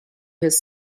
his